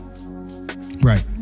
right